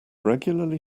regularly